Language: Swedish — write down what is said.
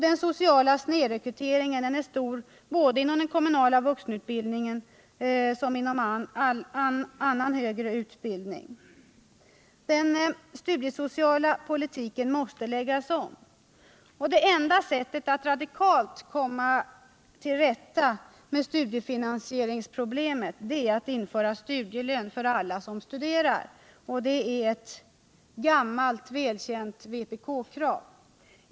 Den sociala snedrekryteringen är stor både inom den kommunala vuxenutbildningen och inom annan högre utbildning. Den studiesociala politiken måste läggas om. Och det enda sättet att radikalt komma till rätta med studiefinansieringsproblemet är att införa studielön för alla som studerar — det är ett gammalt välkänt vpk-krav.